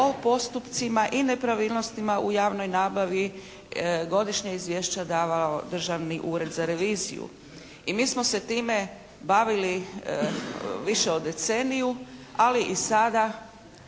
o postupcima i nepravilnostima u javnoj nabavi godišnja izvješća davao Državni ured za reviziju. I mi smo se time bavili više od deceniju, ali i sada